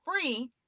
free